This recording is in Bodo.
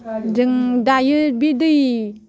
जों दायो बे दै